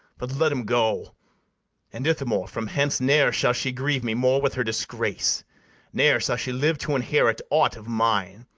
but let em go and, ithamore, from hence ne'er shall she grieve me more with her disgrace ne'er shall she live to inherit aught of mine,